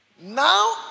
Now